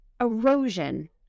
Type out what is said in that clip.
erosion